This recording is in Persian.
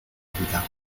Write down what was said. بودم